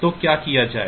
तो क्या किया जायें